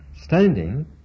standing